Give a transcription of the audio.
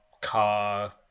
car